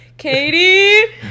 Katie